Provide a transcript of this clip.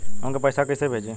हमके पैसा कइसे भेजी?